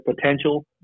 potential